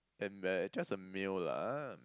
and uh just a meal lah ah